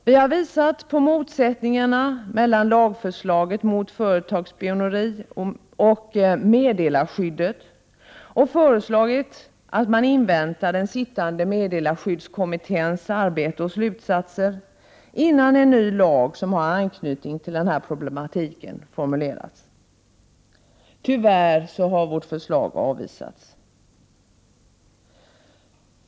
Vi har visat på motsättningarna mellan lagförslaget om företagsspioneri och meddelarskyddet och har föreslagit att man inväntar den sittande meddelarskyddskommitténs arbete och slutsatser innan en ny lag som har anknytning till denna problematik formuleras. Tyvärr har vårt förslag avvisats.